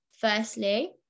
Firstly